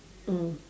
mm